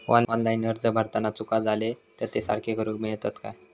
Online अर्ज भरताना चुका जाले तर ते सारके करुक मेळतत काय?